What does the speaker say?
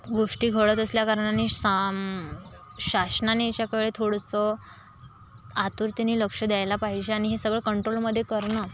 गोष्टी घडत असल्याकारणाने साम शासनाने याच्याकडे थोडंसं आतुरतेने लक्ष द्यायला पाहिजे आणि हे सगळं कंट्रोलमध्ये करणं